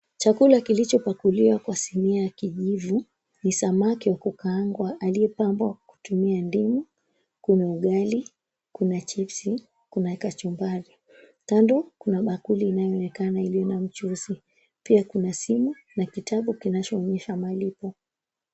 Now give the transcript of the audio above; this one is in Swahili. Chakula kilichopakuliwa kwa sinia ya kijivu ni samaki wa kukaangwa aliyepambwa kutumia ndimu. Kuna ugali, kuna chipsi, kuna kachumbali. Kando kuna bakuli inayoonekana iliyo na mchuzi. Pia kuna simu na kitabu kinachoonyesha malipo.